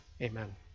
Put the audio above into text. Amen